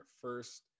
first